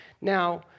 Now